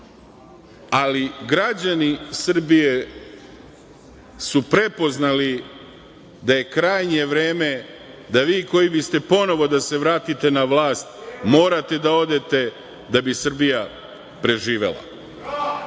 ali građani Srbije su prepoznali da je krajnje vreme da vi koji biste ponovo da se vratite na vlast morate da odete, da bi Srbija preživela. Izmene